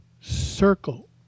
circle